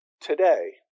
today